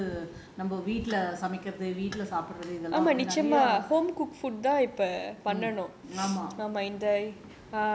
அதுனால தான் நிறையா வந்து நம்ம வீட்ல சமைகிறது வீட்ல சாப்பிடறது இதெல்லாம் வந்து நிறைய ஆமா:athunaala thaan niraiya vanthu namma veetla samaikirathu veetla saapidarathu ithellaam vanthu niraiya aama